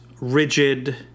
rigid